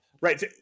right